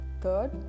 Third